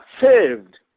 saved